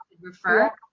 refer